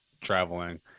traveling